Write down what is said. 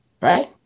right